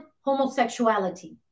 homosexuality